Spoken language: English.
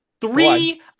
three